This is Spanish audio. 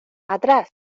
atrás